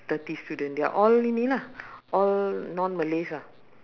thirty student they are all ini lah all non-malays ah